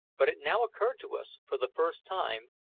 but it now occurred to us, for the first time,